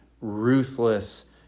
ruthless